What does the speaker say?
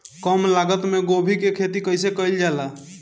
कम लागत मे गोभी की खेती कइसे कइल जाला?